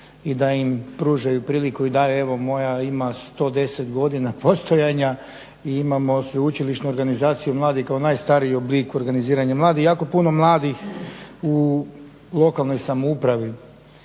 i da im pružaju priliku. I da evo moja ima 110 godina postojanja i imamo Sveučilišnu organizaciju mladih kao najstariji oblik organiziranja mladih i jako puno mladih u lokalnoj samoupravi.